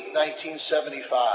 1975